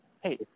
hey